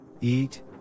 eat